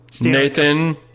Nathan